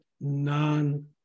non